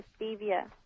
stevia